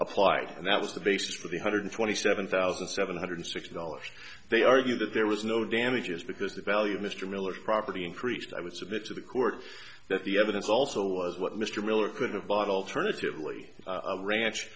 applied and that was the basis for the hundred twenty seven thousand seven hundred sixty dollars they argue that there was no damages because the value of mr miller's property increased i would submit to the court that the evidence also was what mr miller could have bought alternatively a ranch